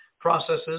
processes